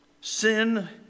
Sin